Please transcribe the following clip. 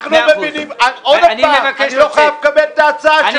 אני אוציא אותך.